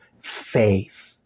faith